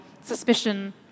suspicion